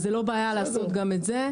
אין בעיה לעשות את זה.